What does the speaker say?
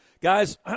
Guys